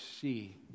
see